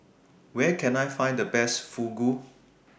Where Can I Find The Best Fugu